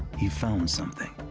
he found something.